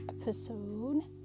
episode